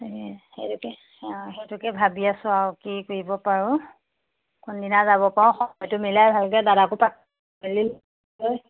সেইটোকে অ সেইটোকে ভাবি আছোঁ আৰু কি কৰিব পাৰোঁ কোনদিনা যাব পাৰোঁ সময়টো মিলাই ভালকে দাদাকো